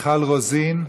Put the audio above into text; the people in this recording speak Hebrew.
מיכל רוזין,